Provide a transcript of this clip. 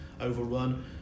overrun